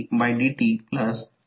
तर हे सर्व येथे लिहिले आहे